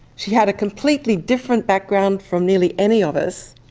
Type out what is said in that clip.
she had a completely different background from nearly any of us,